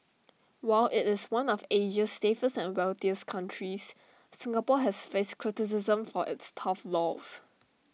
while IT is one of Asia's safest and wealthiest countries Singapore has faced criticism for its tough laws